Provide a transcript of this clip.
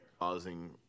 causing